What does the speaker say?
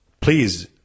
Please